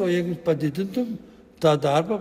o jeigu padidintum tą darbą